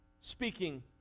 Speaking